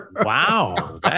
Wow